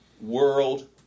world